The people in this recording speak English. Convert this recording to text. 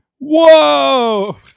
Whoa